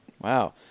Wow